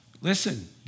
Listen